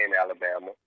Alabama